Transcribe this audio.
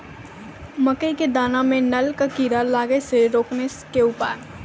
मकई के दाना मां नल का कीड़ा लागे से रोकने के उपाय?